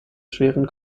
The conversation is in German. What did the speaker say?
schweren